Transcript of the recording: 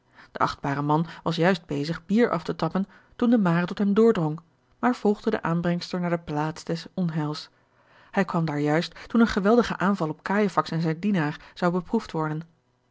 de achtbare man was juist bezig bier af te tappen toen de mare tot hem doordrong maar volgde de aanbrengster naar de plaats des onheils hij kwam daar juist toen een geweldige aanval op cajefax en zijn dienaar zou beproefd worden